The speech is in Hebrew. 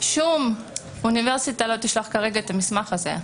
שום אוניברסיטה לא תשלח כרגע את המסמך הזה.